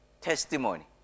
testimony